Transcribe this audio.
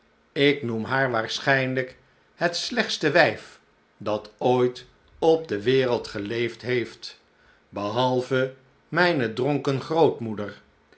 ik noem haar waarschijnlijk het slechtste wijf dat ooit op de wereld geleefd heeft behalve mijne dronken